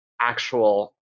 actual